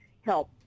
help